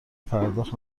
پرداخت